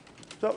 כנסת.